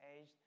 age